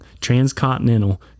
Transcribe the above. transcontinental